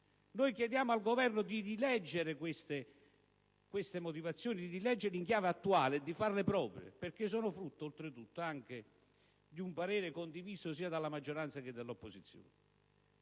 Noi chiediamo al Governo di rileggere queste motivazioni in chiave attuale e di farle proprie perché sono frutto oltre tutto anche di un parere condiviso sia dalla maggioranza che dall'opposizione.